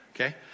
okay